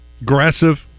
aggressive